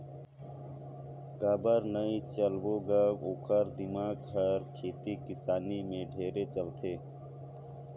काबर नई चलबो ग ओखर दिमाक हर खेती किसानी में ढेरे चलथे